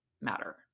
matter